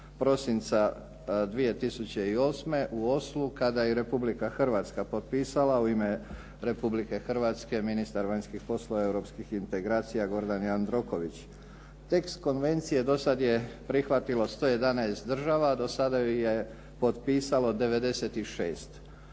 prosinca 2008. u Oslu kada je i Republika Hrvatska potpisala, u ime Republike Hrvatske ministar vanjskih poslova i europskih poslova Gordan Jandroković. Tekst Konvencije dosad je prihvatilo 111 država, do sada ju je potpisalo 96.